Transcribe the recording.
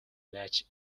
match